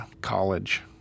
College